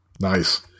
Nice